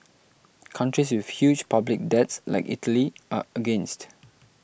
countries with huge public debts like Italy are against